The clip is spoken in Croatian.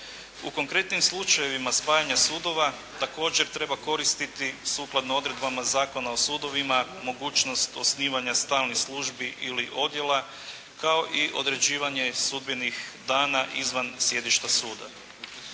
U konkretnim slučajevima spajanja sudova također treba koristiti sukladno odredbama Zakona o sudovima, mogućnost osnivanja stalnih službi ili odjela, kao i određivanje sudbenih dana izvan sjedišta suda.